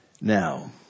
Now